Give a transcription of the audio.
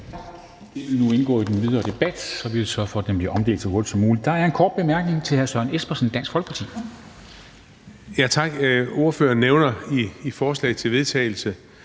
vil nu indgå i den videre debat, og vi vil sørge for, at det bliver omdelt så hurtigt som muligt. Der er en kort bemærkning fra hr. Søren Espersen, Dansk Folkeparti. Kl. 13:25 Søren Espersen (DF): Tak. Ordføreren nævner i forslaget til vedtagelse,